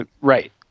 right